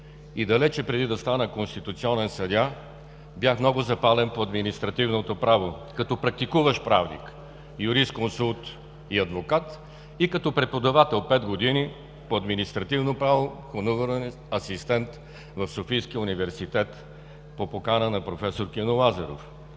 и далеч преди да стана конституционен съдия бях много запален по административното право, като практикуващ правник, юрисконсулт и адвокат, и като преподавател пет години по административно право – хоноруван асистент в Софийския университет по покана на проф. Кино Лазаров.